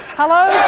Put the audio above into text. hello,